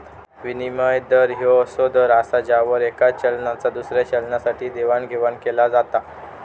विनिमय दर ह्यो असो दर असा ज्यावर येका चलनाचा दुसऱ्या चलनासाठी देवाणघेवाण केला जाता